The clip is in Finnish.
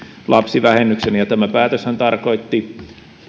lapsivähennyksen ja tämä päätöshän tarkoitti